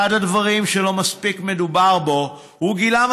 אחד הדברים שלא מספיק מדובר בהם הוא גילם